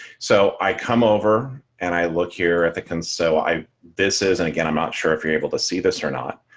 so i come over and i look here at the console i this is. and again, i'm not sure if you're able to see this or not.